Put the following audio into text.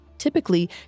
Typically